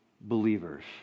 believers